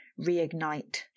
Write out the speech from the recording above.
reignite